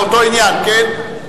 לאותו עניין, כן?